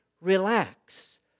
relax